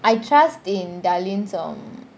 I trust in darlene ng